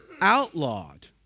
outlawed